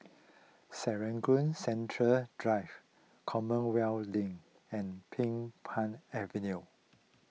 Serangoon Central Drive Commonwealth Link and Din Pang Avenue